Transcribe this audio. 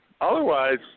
otherwise